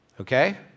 Okay